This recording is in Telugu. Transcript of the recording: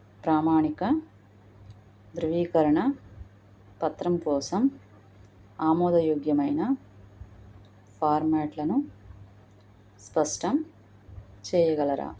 ప్రామాణిక ధృవీకరణ పత్రం కోసం ఆమోదయోగ్యమైన ఫార్మాట్లను స్పష్టం చేయగలరా